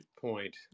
point